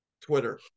twitter